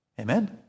Amen